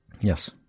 Yes